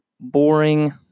boring